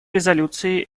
резолюции